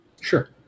Sure